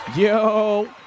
Yo